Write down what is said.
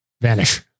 vanish